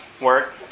work